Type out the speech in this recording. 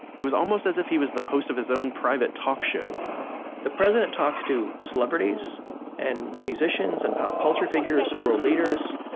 it was almost as if he was the host of his own private talk show the president talks to celebrities and musicians and pop culture figures, world leaders.